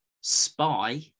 Spy